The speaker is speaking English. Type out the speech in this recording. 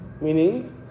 meaning